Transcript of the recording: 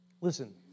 Listen